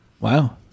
Wow